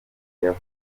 aurore